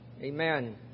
Amen